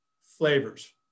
flavors